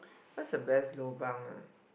what's the best lobang ah